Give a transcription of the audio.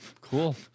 Cool